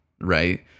right